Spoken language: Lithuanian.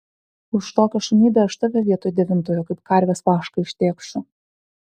už tokią šunybę aš tave vietoj devintojo kaip karvės vašką ištėkšiu